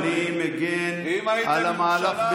אני מגן על המהלך,